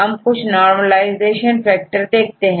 हम कुछ normalisation factor देखते हैं